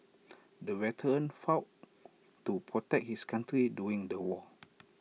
the veteran fought to protect his country during the war